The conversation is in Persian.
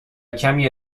کمی